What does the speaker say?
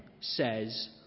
says